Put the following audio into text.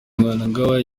mnangagwa